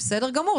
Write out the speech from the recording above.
בסדר גמור,